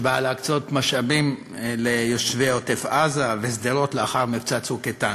שבאה להקצות משאבים ליישובי עוטף-עזה ושדרות לאחר מבצע "צוק איתן".